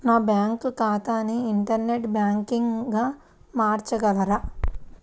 నా బ్యాంక్ ఖాతాని ఇంటర్నెట్ బ్యాంకింగ్గా మార్చగలరా?